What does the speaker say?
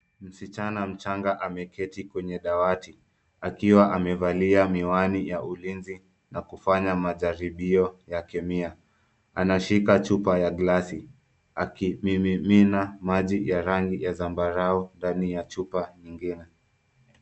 Msichana mchanga ameketi kwenye dawati akiwa amevalia miwani ya ujenzi.na kufanya majaribio ya kemia. Anashika chupa ya glasi, akimimina maji ya rangi ya zambarau ndani ya chupa nyingine .